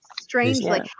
strangely